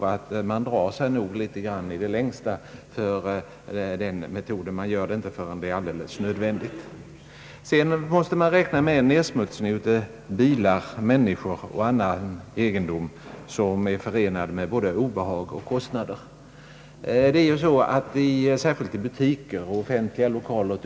Man drar sig i det längsta för den metoden. Man gör det inte förrän det är alldeles nödvändigt. Dessutom måste man räkna med en nedsmutsning, som är förenad med både obehag och kostnader, av både människor, bilar och annan egendom.